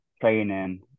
training